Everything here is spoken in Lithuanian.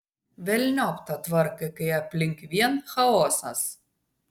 velniop tą tvarką kai aplink vien chaosas